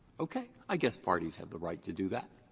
okay? i guess parties have the right to do that.